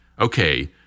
okay